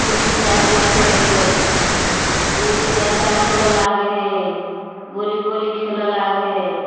free Fire देखै हइ गुल्ली डंटा खेलऽ लागै हइ गोली गोली खेलऽ लागै हइ